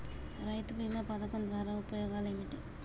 రైతు బీమా పథకం ద్వారా ఉపయోగాలు ఏమిటి?